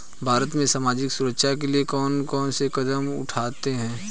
भारत में सामाजिक सुरक्षा के लिए कौन कौन से कदम उठाये हैं?